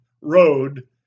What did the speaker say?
road